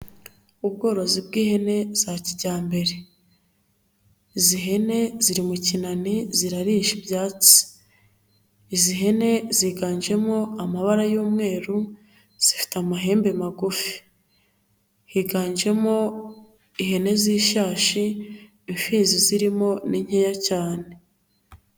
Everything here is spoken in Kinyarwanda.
Ubworozi bw'ihene za kijyambere, izi hene ziri mu kinani zirarisha izi hene ziganjemo amabara y'umweru zifite amahembe magufi higanjemo ihene z'ishashi, imfizi zirimo ni nkeya cyane.